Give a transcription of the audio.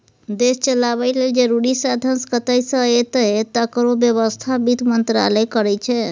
देश चलाबय लेल जरुरी साधंश कतय सँ एतय तकरो बेबस्था बित्त मंत्रालय करै छै